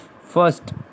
First